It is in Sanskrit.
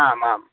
आम् आम्